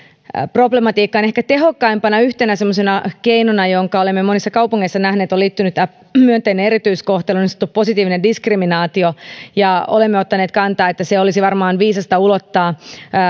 problematiikkaan ehkä yhtenä semmoisena tehokkaimpana keinona jonka olemme monissa kaupungeissa nähneet on liittynyt myönteinen erityiskohtelu niin sanottu positiivinen diskriminaatio ja olemme ottaneet kantaa että olisi varmaan viisasta ulottaa se